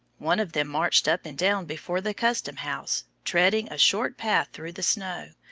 one of them marched up and down before the custom-house, treading a short path through the snow,